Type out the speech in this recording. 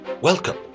Welcome